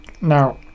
Now